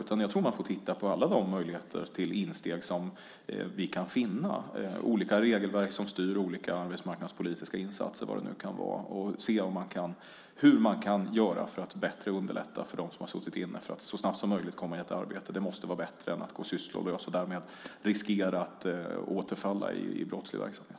Jag tror att man får titta på alla de möjligheter till insteg som vi kan finna, olika regelverk som styr och olika arbetsmarknadspolitiska insatser, vad det nu kan vara, för att se hur vi kan göra för att bättre underlätta för dem som har suttit inne att så snabbt som möjligt komma i arbete. Det måste vara bättre än att gå sysslolös och därmed riskera att återfalla i brottslig verksamhet.